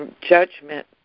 Judgment